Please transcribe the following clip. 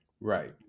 Right